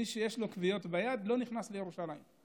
מי שיש לו כוויות ביד לא נכנס לירושלים.